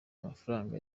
amafaranga